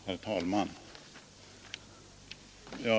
Herr talman!